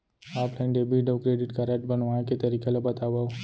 Offline debit अऊ credit card बनवाए के तरीका ल बतावव?